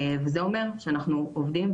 וזה אומר שאנחנו עובדים,